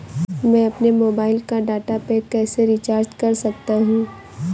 मैं अपने मोबाइल का डाटा पैक कैसे रीचार्ज कर सकता हूँ?